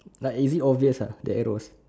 like is it obvious uh the arrows